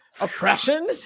oppression